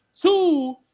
Two